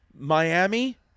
Miami